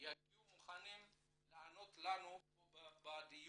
כדי שהם יגיעו מוכנים לענות לנו כאן בדיון.